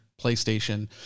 PlayStation